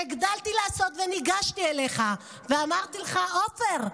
והגדלתי לעשות וניגשתי אליך ואמרתי לך: עופר,